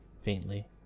faintly